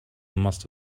must